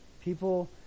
People